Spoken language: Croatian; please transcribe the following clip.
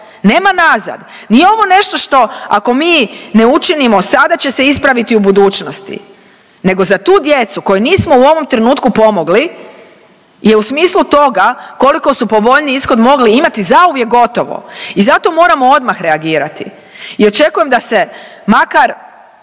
nema nazad. Nije ovo nešto što ako mi ne učinimo sada će se ispraviti u budućnosti nego za tu djecu kojoj nismo u ovom trenutku pomogli je u smislu toga koliko su povoljniji ishod mogli imat zauvijek gotovo i zato moramo odmah reagirati. I očekujem da se makar